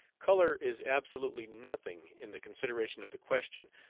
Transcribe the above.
color is absolutely nothing in the consideration of the question,